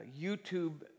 YouTube